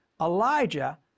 Elijah